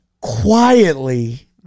quietly